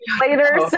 later